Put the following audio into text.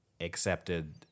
accepted